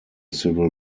civil